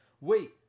wait